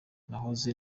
nahoze